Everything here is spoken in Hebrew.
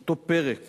אותו פרק